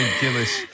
Gillis